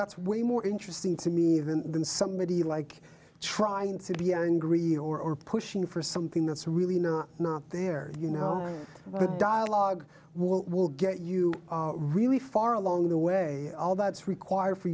that's way more interesting to me even than somebody like trying to be angry or pushing for something that's really not not there you know the dialogue will get you really far along the way all that's required for